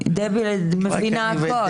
דבי מבינה הכול.